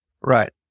Right